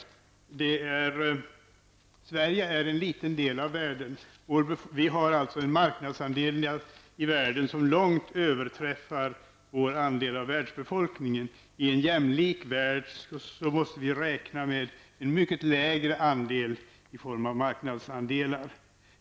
Sverige utgör bara en liten del av världen, och Sveriges marknadsandel i världen överträffar vida vår andel av världsbefolkningen. I en jämlik värld måste vi dock räkna med mycket mindre marknadsandelar.